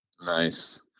Nice